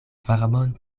varmon